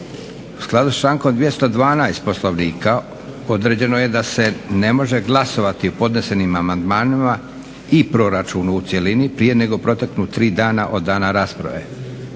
U skladu sa člankom 2012. Poslovnika određeno je da se ne može glasovati o podnesenim amandmanima i proračunu u cjelini prije nego proteknu 3 dana od dana rasprave.